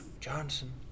Johnson